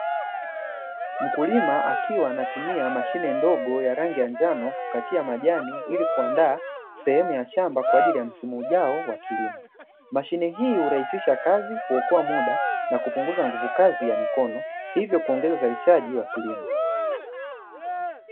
Mkulima akiwa anatumia mashine ndogo ya rangi ya njano kukatia majani ili kuandaa sehemu ya shamba kwa ajili ya msimu ujao wa kilimo. Mashine hii hurahisisha kazi, huokoa muda na kupunguza nguvu kazi ya mikono hivyo kuongeza uzalishaji wa kilimo.